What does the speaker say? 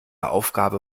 aufgabe